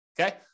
Okay